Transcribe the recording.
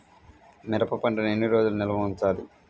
మిరప పంటను ఎన్ని రోజులు నిల్వ ఉంచాలి?